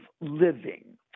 Living